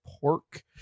pork